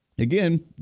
Again